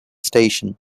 station